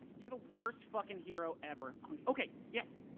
you're the worst fucking hero ever okay, yes!